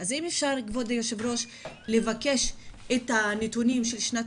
אז אם אפשר כבוד היושב ראש לבקש את הנתונים של שנת